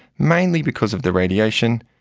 mainly because of the radiation,